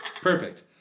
perfect